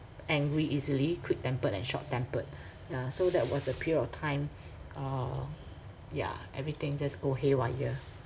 angry easily quick-tempered and short-tempered ya so that was the period of time uh yeah everything just go haywire